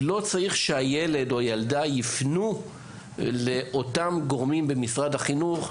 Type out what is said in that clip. לא צריך שהילד או הילדה יפנו לאותם גורמים במשרד החינוך,